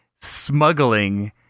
smuggling